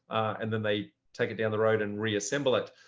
and then they take it down the road and reassemble it.